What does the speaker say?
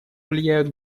влияют